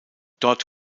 dort